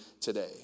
today